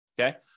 Okay